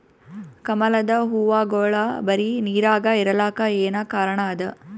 ಕಮಲದ ಹೂವಾಗೋಳ ಬರೀ ನೀರಾಗ ಇರಲಾಕ ಏನ ಕಾರಣ ಅದಾ?